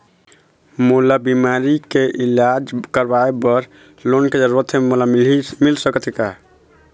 मोला बीमारी के इलाज करवाए बर लोन के जरूरत हे मोला मिल सकत हे का?